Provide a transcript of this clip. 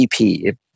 ep